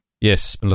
Yes